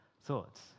thoughts